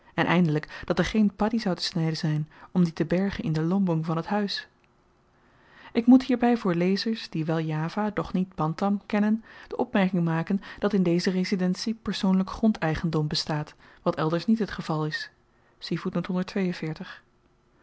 en eindelyk dat er geen padie zou te snyden zyn om die te bergen in den lombong van het huis ik moet hierby voor lezers die wel java doch niet bantam kennen de opmerking maken dat in deze residentie persoonlyk grondeigendom bestaat wat elders niet het geval is